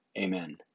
Amen